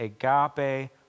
agape